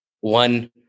one